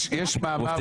--- טיבי,